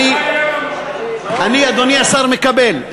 אני, אדוני השר, מקבל.